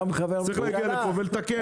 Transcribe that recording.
צריך להגיע לכאן ולתקן.